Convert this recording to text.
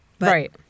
Right